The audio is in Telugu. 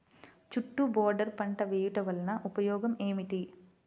చుట్టూ బోర్డర్ పంట వేయుట వలన ఉపయోగం ఏమిటి?